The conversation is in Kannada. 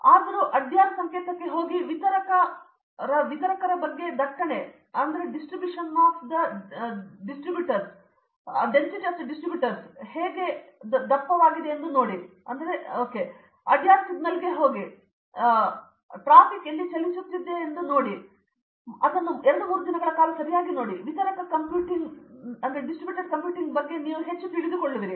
ಹೇಗಾದರೂ ಅಡಯಾರ್ ಸಂಕೇತಕ್ಕೆ ಹೋಗಿ ವಿತರಕರ ಬಗ್ಗೆ ದಟ್ಟಣೆಯು ಹೇಗೆ ದಪ್ಪವಾಗಿದೆಯೆಂದು ನೋಡಿ ಅಡಯಾರ್ ಸಿಗ್ನಲ್ಗೆ ಹೋಗಿ ಮತ್ತು ಟ್ರಾಫಿಕ್ ಎಲ್ಲಿ ಚಲಿಸುತ್ತಿದೆಯೆಂದು ನೋಡಿ ಮತ್ತು ಅದನ್ನು 2 3 ದಿನಗಳ ಕಾಲ ಸರಿಯಾಗಿ ನೋಡಿ ವಿತರಕ ಕಂಪ್ಯೂಟಿಂಗ್ನ ಬಗ್ಗೆ ನೀವು ಹೆಚ್ಚು ತಿಳಿದುಕೊಳ್ಳುವಿರಿ